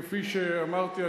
כפי שאמרתי,